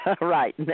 Right